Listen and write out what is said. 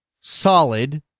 solid